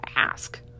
ask